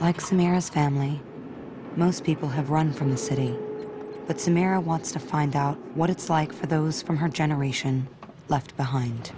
a family most people have run from the city that's america wants to find out what it's like for those from her generation left behind